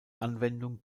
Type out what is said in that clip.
anwendung